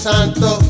Santo